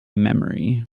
memory